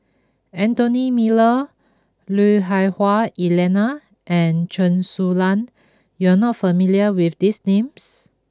Anthony Miller Lui Hah Wah Elena and Chen Su Lan you are not familiar with these names